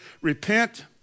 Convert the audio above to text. repent